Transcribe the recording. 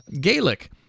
Gaelic